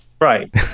right